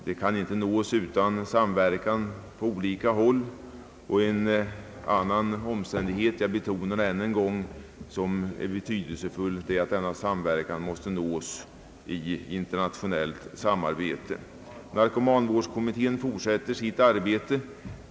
Det kan inte lösas utan samverkan på olika håll, och en annan "betydelsefull omständighet — jag betonar det ännu en gång — är att denna samverkan måste nås i internationellt samarbete. Narkomanvårdskommittén fortsätter sitt arbete.